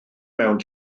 mewn